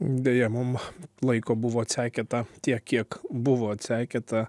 deja mum laiko buvo atseikėta tiek kiek buvo atseikėta